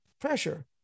pressure